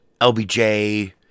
LBJ